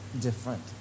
different